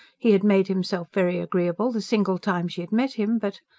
he had made himself very agreeable, the single time she had met him but.